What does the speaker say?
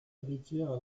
héritière